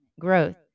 growth